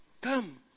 come